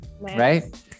right